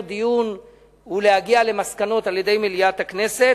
דיון ולהגיע למסקנות על-ידי מליאת הכנסת.